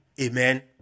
Amen